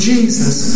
Jesus